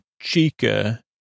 chica